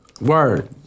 Word